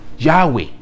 Yahweh